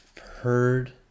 heard